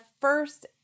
first